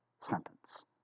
sentence